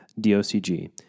DOCG